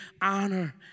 honor